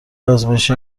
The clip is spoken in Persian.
آزمایش